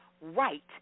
right